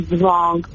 wrong